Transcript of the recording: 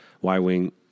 Y-Wing